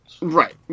Right